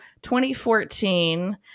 2014